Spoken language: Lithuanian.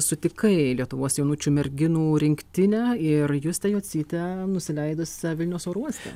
sutikai lietuvos jaunučių merginų rinktinę ir justę jocytę nusileidusią vilniau oro uoste